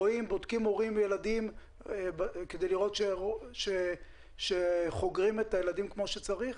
בודקים הורים וילדים כדי לראות שחוגרים את הילדים כמו שצריך?